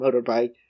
motorbike